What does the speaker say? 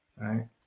right